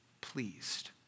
pleased